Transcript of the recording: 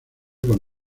con